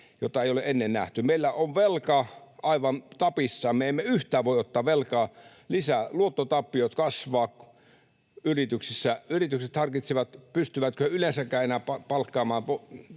joita ei ole ennen nähty. Meillä on velka aivan tapissaan, me emme voi ottaa velkaa yhtään lisää. Luottotappiot kasvavat yrityksissä, yritykset harkitsevat, pystyvätkö yleensäkään enää palkkaamaan